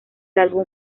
álbum